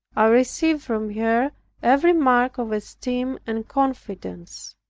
i received from her every mark of esteem and confidence.